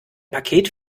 paket